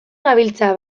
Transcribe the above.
gabiltza